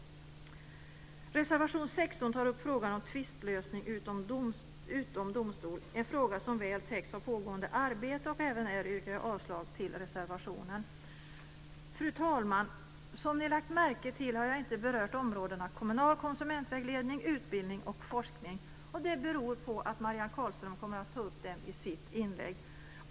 Reservation 16 tar upp frågan om tvistlösning utom domstol, en fråga som väl täcks av pågående arbete. Även här yrkar jag avslag på reservationen. Fru talman! Som ni lagt märke till har jag inte berört områdena kommunal konsumentvägledning, utbildning och forskning. Det beror på att Marianne Carlström kommer att ta upp dem i sitt inlägg.